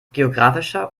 geographischer